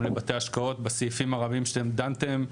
לבתי ההשקעות בסעיפים הרבים שאתם דנתם.